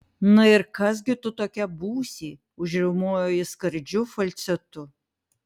na ir kas gi tu tokia būsi užriaumojo jis skardžiu falcetu